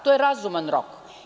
To je razuman rok.